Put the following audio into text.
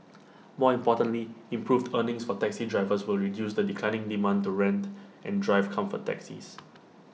more importantly improved earnings for taxi drivers will reduce the declining demand to rent and drive comfort taxis